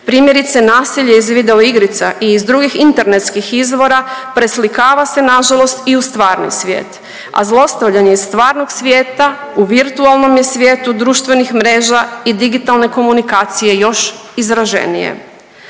Primjerice nasilje iz video igrica i iz drugih internetskih izvora preslikava se nažalost i u stvarni svijet, a zlostavljanje iz stvarnog svijeta u virtualnom je svijetu društvenih mreža i digitalne komunikacije još izraženije.